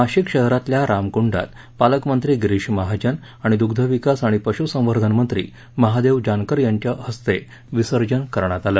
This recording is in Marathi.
नाशिक शहरातील रामकुंडात पालकमंत्री गिरीश महाजन आणि दुग्ध विकास आणि पशू संवर्धन मंत्री महादेव जानकर यांच्या हस्ते विसर्जन करण्यात आलं